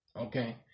Okay